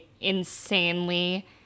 insanely